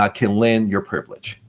ah can lend your privilege.